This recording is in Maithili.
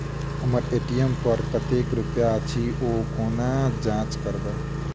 हम्मर ए.टी.एम पर कतेक रुपया अछि, ओ कोना जाँच करबै?